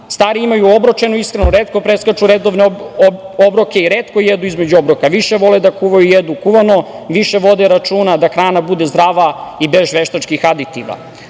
Stariji imaju uobročenu ishranu, retko preskaču redovne obroke i retko jedu između obroka. Više vole da kuvaju i da jedu kuvano, više vode računa da hrana bude zdrava i bez veštačkih aditiva. Kako